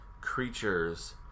creatures